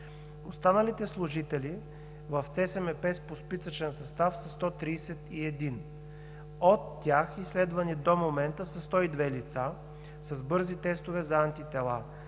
Останалите служители в ЦСМП – Русе, по списъчен състав са 131. От тях изследвани до момента са 102 лица с бързи тестове за антитела.